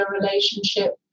relationship